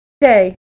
Today